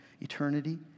eternity